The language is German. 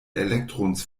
elektrons